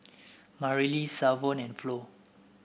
Marilee Savon and Flo